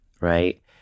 Right